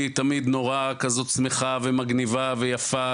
תמיד נורא כזאת שמחה ומגניבה ויפה,